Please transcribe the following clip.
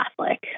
Catholic